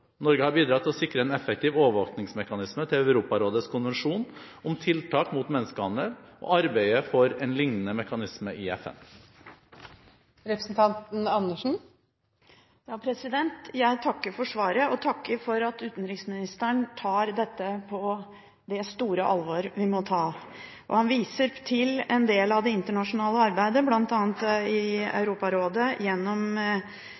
Norge har bidratt til å sikre en effektiv overvåkningsmekanisme til Europarådets konvensjon om tiltak mot menneskehandel, og arbeider for en lignende mekanisme i FN. Jeg takker for svaret, og takker for at utenriksministeren tar dette på det store alvor vi må ta det. Utenriksministeren viser til en del av det internasjonale arbeidet, bl.a. i Europarådet gjennom